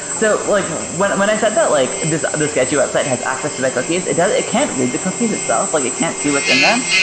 so like when when i said that like the sketchy website has access to my cookies, it ah it can't read the cookies itself. like it can't see what's in them.